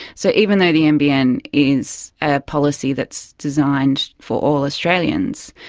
so even though the nbn is a policy that's designed for all australians,